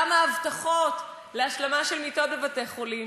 כמה הבטחות להשלמה של מיטות בבתי-חולים?